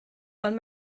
ond